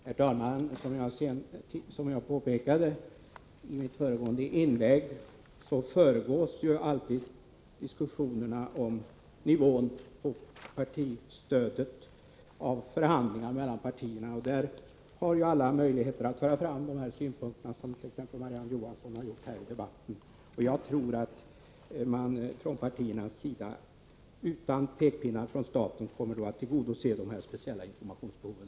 Herr talman! Som jag påpekade i mitt föregående inlägg föregås alltid diskussioner om nivån på partistödet av förhandlingar mellan partierna. Där har alla möjligheter att föra fram synpunkter —t.ex. sådana synpunkter som Marie-Ann Johansson har framfört i denna debatt. Jag tror att man från partiernas sida utan pekpinnar från staten kommer att tillgodose dessa speciella informationsbehov.